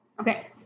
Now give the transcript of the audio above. Okay